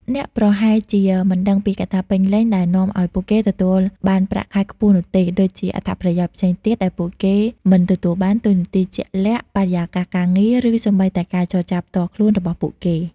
អ្នកប្រហែលជាមិនដឹងពីកត្តាពេញលេញដែលនាំឲ្យពួកគេទទួលបានប្រាក់ខែខ្ពស់នោះទេ ដូចជាអត្ថប្រយោជន៍ផ្សេងទៀតដែលពួកគេមិនទទួលបាន តួនាទីជាក់លាក់ បរិយាកាសការងារ ឬសូម្បីតែការចរចាផ្ទាល់ខ្លួនរបស់ពួកគេ។